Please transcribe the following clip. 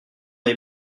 est